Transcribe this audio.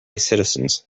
citizens